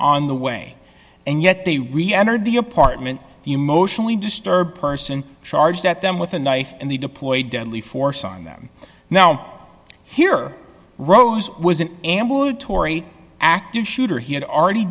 on the way and yet they really entered the apartment the emotionally disturbed person charged at them with a knife and they deployed deadly force on them now here rose was an ambulatory active shooter he had already